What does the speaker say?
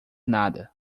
nada